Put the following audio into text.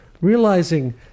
realizing